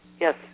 Yes